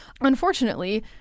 Unfortunately